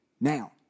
Now